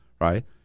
right